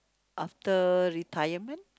after retirement